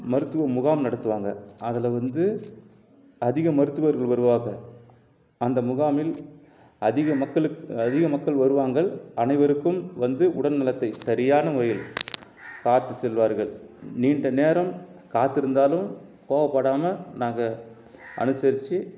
மருத்துவ முகாம் நடத்துவாங்க அதில் வந்து அதிக மருத்துவர்கள் வருவார்கள் அந்த முகாமில் அதிக மக்களுக்கு அதிக மக்கள் வருவாங்கள் அனைவருக்கும் வந்து உடல்நலத்தை சரியான முறையில் பார்த்து செல்வார்கள் நீண்ட நேரம் காத்திருந்தாலும் கோவப்படாமல் நாங்கள் அனுசரித்து